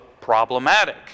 problematic